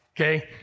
Okay